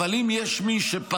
אבל מירב, את מגנה?